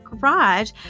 garage